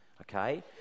okay